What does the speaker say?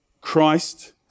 Christ